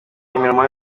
imirimo